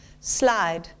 Slide